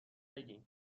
بگین